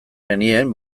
genien